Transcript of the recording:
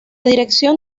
dirección